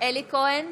אלי כהן,